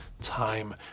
time